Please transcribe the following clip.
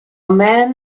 man